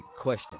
question